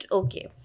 okay